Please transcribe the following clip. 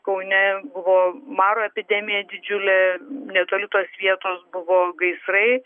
kaune buvo maro epidemija didžiulė netoli tos vietos buvo gaisrai